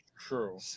True